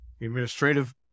administrative